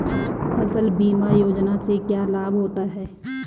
फसल बीमा योजना से क्या लाभ होता है?